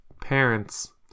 parents